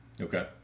Okay